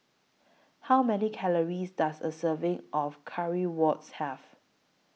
How Many Calories Does A Serving of Currywurst Have